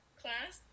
class